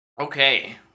Okay